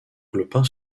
clopin